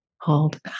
hold